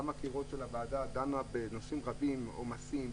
הוועדה דנה בנושאים רבים עומסים,